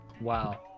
Wow